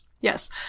yes